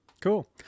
Cool